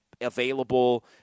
available